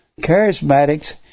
charismatics